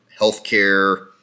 healthcare